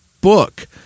book